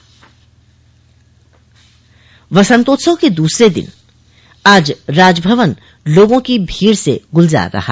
बसंतोत्सव बसंतोत्सव के दूसरे दिन आज राजभवन लोगों की भीड़ से गुलजार रहा